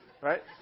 Right